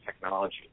technology